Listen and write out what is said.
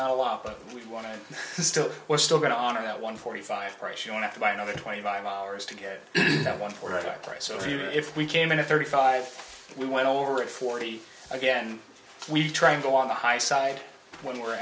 not a lot but we want to still we're still going to honor that one forty five price you want to buy another twenty five dollars to get that one for that price or even if we came in a thirty five we went over it forty again we try and go on the high side when we're